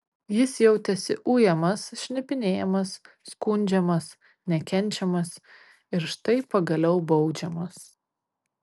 jis jautėsi ujamas šnipinėjamas skundžiamas nekenčiamas ir štai pagaliau baudžiamas